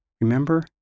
Remember